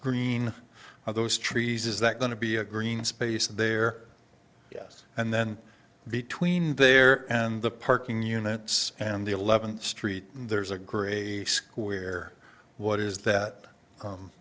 green of those trees is that going to be a green space there yes and then between there and the parking units and the eleventh street there's a great square what is that